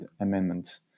amendment